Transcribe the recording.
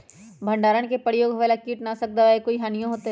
भंडारण में प्रयोग होए वाला किट नाशक दवा से कोई हानियों होतै?